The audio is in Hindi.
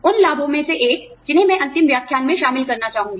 उन लाभों में से एक जिन्हें मैं अंतिम व्याख्यान में शामिल करना चाहूँगी